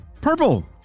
purple